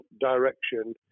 direction